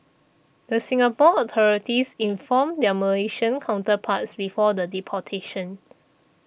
the Singapore authorities informed their Malaysian counterparts before the deportation